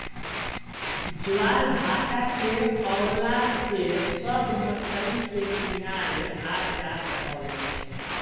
ज्वारभाटा के अवला पे सब मछरी के किनारे आ जात हवे